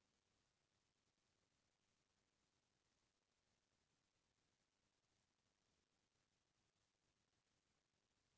टट्टी वाला बेमारी होए ले पसू के पेट हर बनेच अइंठथे अउ घेरी बेरी टट्टी होथे